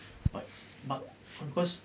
but but because